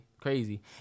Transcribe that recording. Crazy